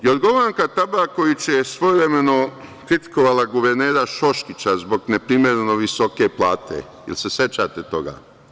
Jorgovanka Tabaković je svojevremeno kritikovala guvernera Šoškića zbog neprimereno visoke plate, jel se sećate toga?